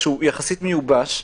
שהוא יחסית "מיובש",